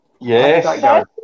Yes